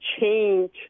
change